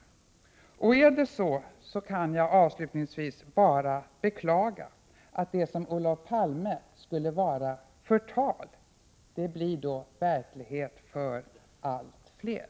Är det så, kan jag avslutningsvis bara beklaga att det som enligt Olof Palme skulle vara förtal då blir verklighet för allt fler.